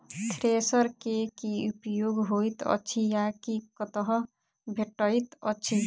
Thresher केँ की उपयोग होइत अछि आ ई कतह भेटइत अछि?